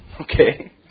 Okay